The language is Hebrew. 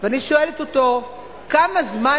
ואני שואלת אותו: כמה זמן,